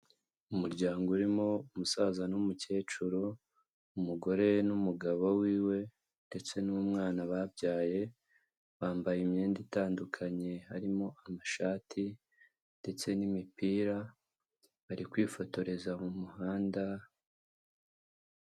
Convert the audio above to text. Umuryango urimo umusaza n'umukecuru, umugore n'umugabo w'iwe ndetse n'umwana babyaye, bambaye imyenda itandukanye harimo amashati ndetse n'imipira, bari kwifotoreza mu muhanda.